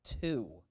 two